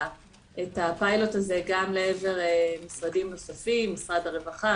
הפיילוט הזה גם למשרדים נוספים: משרד הרווחה,